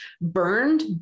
burned